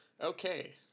Okay